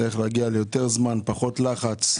הוא צריך להגיע ליותר זמן ועם פחות לחץ.